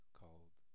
called